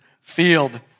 field